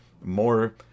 more